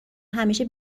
همیشه